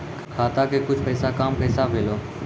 खाता के कुछ पैसा काम कैसा भेलौ?